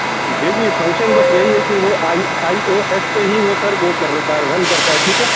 جی جی فنکشن بس یہی ہے کہ وہ آئی آئی او ایس سے ہی وہ سر وہ کرتا ہے رن کرتا ہے ٹھیک ہے